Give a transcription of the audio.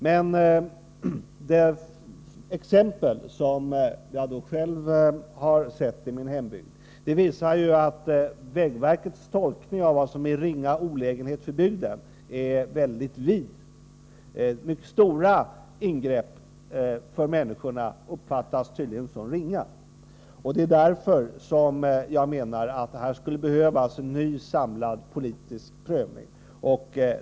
Men det exempel som jag själv har sett i min hembygd visar att vägverkets tolkning av vad som är ”ringa olägenhet för bygden” är väldigt vid. Mycket stora ingrepp för människorna uppfattas tydligen såsom ringa. Därför anser jag att det behövs en ny samlad politisk prövning.